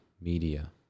media